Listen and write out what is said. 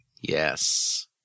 Yes